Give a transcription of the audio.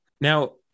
Now